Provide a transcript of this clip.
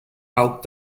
out